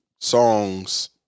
Songs